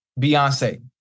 Beyonce